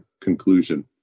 conclusion